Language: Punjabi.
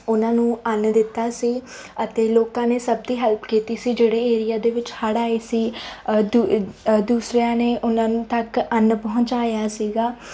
ਉਹਨਾਂ ਨੂੰ ਅੰਨ ਦਿੱਤਾ ਸੀ ਅਤੇ ਲੋਕਾਂ ਨੇ ਸਭ ਦੀ ਹੈਲਪ ਕੀਤੀ ਸੀ ਜਿਹੜੇ ਏਰੀਆ ਦੇ ਵਿੱਚ ਹੜ੍ਹ ਆਏ ਸੀ ਦੁ ਦੂਸਰਿਆਂ ਨੇ ਉਹਨਾਂ ਨੂੰ ਤੱਕ ਅੰਨ ਪਹੁੰਚਾਇਆ ਸੀਗਾ